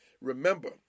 Remember